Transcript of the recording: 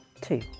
Two